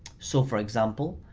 so for example,